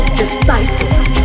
disciples